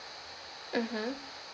mmhmm